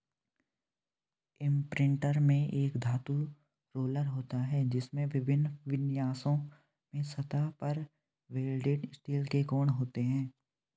imprinter में एक धातु रोलर होता है, जिसमें विभिन्न विन्यासों में सतह पर वेल्डेड स्टील के कोण होते हैं